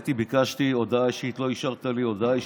לא אישרת לי הודעה אישית.